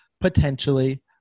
Potentially